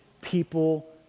people